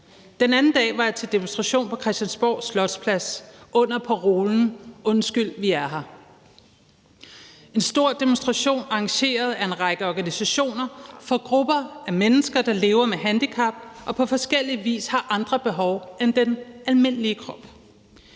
Den anden dag var jeg til demonstration på Christiansborg Slotsplads under parolen »Undskyld, vi er her«. Det var en stor demonstration arrangeret af en række organisationer for grupper af mennesker, der lever med handicap, og som på forskellig vis har andre behov end den almindelige krop.